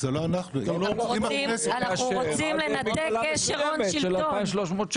אנחנו רוצים לנתק קשר הון-שלטון.